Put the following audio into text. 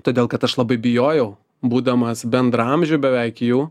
todėl kad aš labai bijojau būdamas bendraamžiu beveik jų